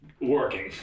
working